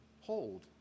hold